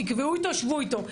תקבעו איתו ושבו איתו.